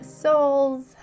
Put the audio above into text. souls